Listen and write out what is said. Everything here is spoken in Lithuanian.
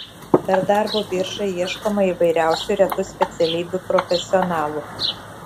per darbo biržą ieškoma įvairiausių retų specialybių profesionalų